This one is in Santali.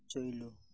ᱪᱟᱹᱞᱩ